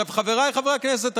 חבריי חברי הכנסת,